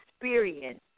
experience